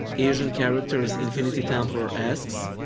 asian characters infinitytemplar asks,